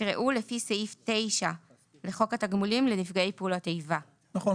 יקראו "לפי סעיף 9 לחוק התגמולים לנפגעי פעולות איבה"; נכון.